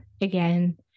again